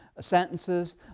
sentences